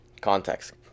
context